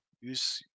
use